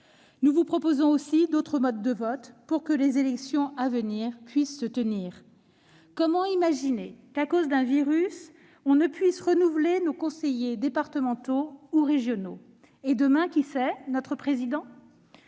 Nous vous proposons aussi d'autres modes de vote pour que les élections à venir puissent se tenir. Comment imaginer que l'on ne puisse, à cause d'un virus, renouveler nos conseillers départementaux ou régionaux et demain, qui sait, le Président